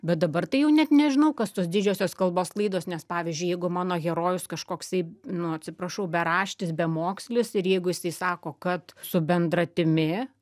bet dabar tai jau net nežinau kas tos didžiosios kalbos klaidos nes pavyzdžiui jeigu mano herojus kažkoksai nu atsiprašau beraštis bemokslis ir jeigu jisai sako kad su bendratimi